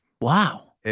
Wow